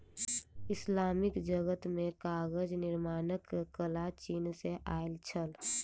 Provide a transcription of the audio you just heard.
Islamic जगत मे कागज निर्माणक कला चीन सॅ आयल छल